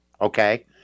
okay